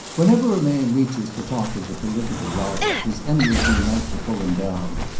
whenever a man reaches the top of the political ladder, his enemies unite to pull him down.